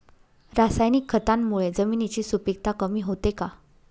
रासायनिक खतांमुळे जमिनीची सुपिकता कमी होते का?